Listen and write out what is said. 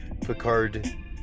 Picard